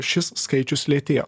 šis skaičius lėtėjo